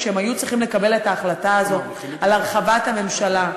כשהם היו צריכים לקבל את ההחלטה הזאת על הרחבת הממשלה,